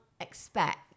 expect